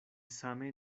same